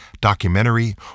documentary